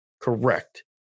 correct